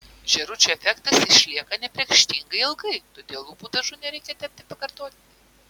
žėručių efektas išlieka nepriekaištingai ilgai todėl lūpų dažų nereikia tepti pakartotinai